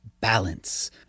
Balance